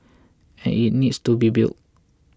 and it needs to be built